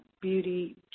beauty